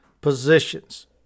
positions